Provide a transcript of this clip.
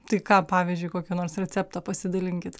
tai ką pavyzdžiui kokį nors receptą pasidalinkit